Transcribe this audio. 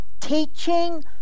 teaching